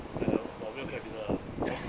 eh 我没有 capital 了我 he~